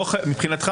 מבחינתך,